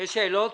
יש שאלות?